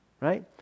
right